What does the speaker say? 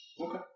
Okay